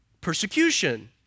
persecution